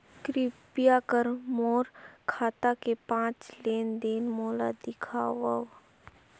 कृपया कर मोर खाता के पांच लेन देन मोला दिखावव